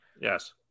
Yes